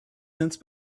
since